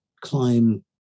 climb